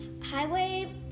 highway